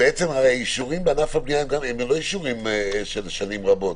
הרי האישורים בענף הבנייה הם לא אישורים של שנים רבות.